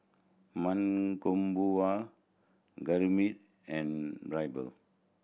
Mankombu Gurmeet and